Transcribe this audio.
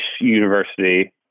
university